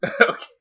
Okay